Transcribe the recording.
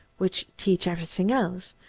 which teach everything else,